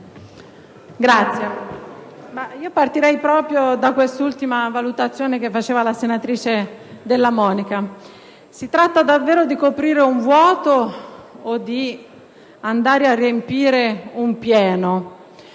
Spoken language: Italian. partirei proprio da questa ultima valutazione della senatrice Della Monica: si tratta davvero di coprire un vuoto o di andare a riempire un pieno?